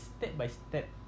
step-by-step